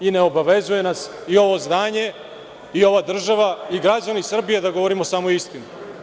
I ne obavezuje nas samo ovo zdanje, i ova država i građani Srbije da govorimo samo istinu.